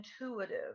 intuitive